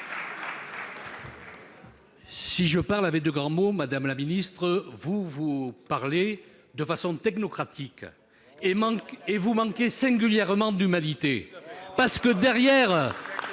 Si je parle avec de grands mots, madame la ministre, vous, vous parlez de façon technocratique et vous manquez singulièrement d'humanité. Derrière